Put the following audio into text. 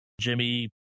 Jimmy